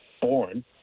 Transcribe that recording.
born